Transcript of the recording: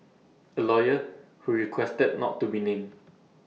A lawyer who requested not to be named